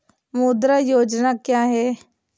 मुद्रा योजना क्या है?